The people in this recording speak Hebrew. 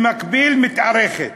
במקביל, מתארכת.